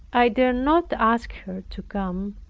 i dare not ask her to come,